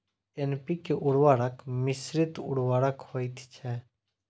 NPK उर्वरक मिश्रित उर्वरक होइत छै